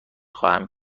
خواهم